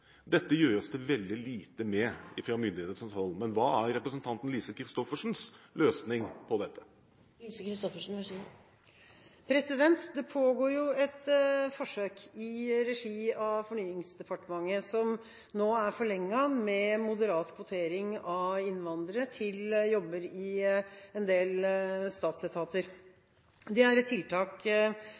Dette gjøres det veldig lite med fra myndighetenes hold. Hva er representanten Lise Christoffersens løsning på dette? Det pågår et forsøk i regi av Fornyingsdepartementet som nå er forlenget, med moderat kvotering av innvandrere til jobber i en del statsetater. Det er et tiltak